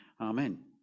Amen